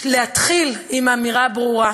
להתחיל באמירה ברורה,